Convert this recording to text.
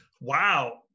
Wow